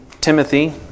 Timothy